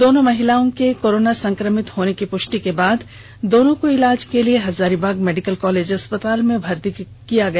दोनों महिलाओं के कोरोना संक्रमित होने की पुष्टि के बाद दोनों को इलाज के लिए हजारीबाग मेडिकल कॉलेज अस्पताल में भर्ती किया गया